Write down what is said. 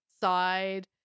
side